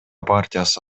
партиясы